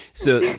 so,